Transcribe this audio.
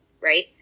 right